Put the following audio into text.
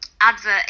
advert